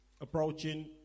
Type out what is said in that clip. approaching